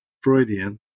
Freudian